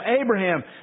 Abraham